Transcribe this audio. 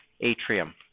atrium